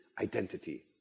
identity